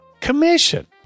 Commission